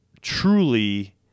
truly